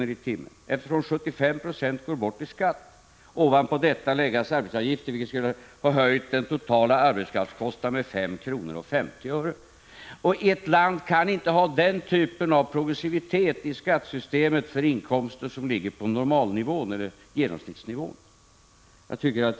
i timmen, eftersom 75 96 skulle gå bort i skatt. och ovanpå detta skulle arbetsgivaravgifterna läggas, vilket skulle ha höjt den totala arbetskraftskostnaden med 5:50 kr. Ett land kan inte ha den typen av progressivitet i skattesystemet för inkomster som ligger på normaleller genomsnittsnivå.